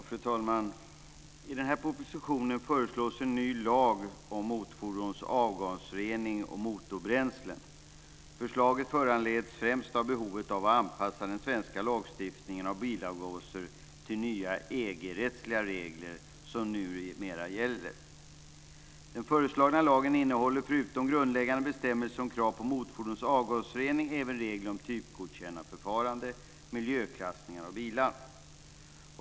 Fru talman! I den här propositionen föreslås en ny lag om motorfordons avgasrening och motorbränslen. Förslaget föranleds främst av behovet av att anpassa den svenska lagstiftningen om bilavgaser till de nya EG-rättsliga regler som numera gäller. Den föreslagna lagen innehåller, förutom grundläggande bestämmelser om krav på motorfordons avgasrening, även regler om typgodkännandeförfarande och miljöklassningar av bilar.